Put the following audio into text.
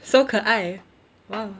so 可爱